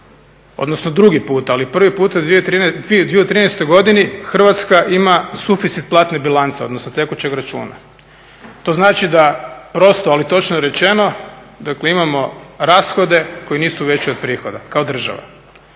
odnosno drugi puta, ali prvi puta u 2013. Hrvatska ima suficit platne bilance odnosno tekućeg računa. To znači da prosto ali točno rečeno, dakle imamo rashode koji nisu veći od prihoda kao država.